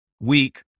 weak